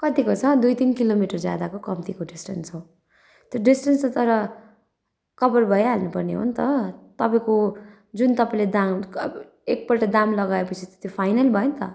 कतिको छ दुई तिन किलोमिटर ज्यादाको कम्तीको डिस्टेन्स हो त्यो डिस्टेन्स त तर कभर भइहाल्नुपर्ने हो नि त तपाईँको जुन तपाईँले दाम एकपल्ट दाम लगाएपछि त त्यो फाइनल भयो नि त